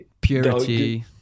purity